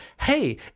hey